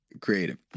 creative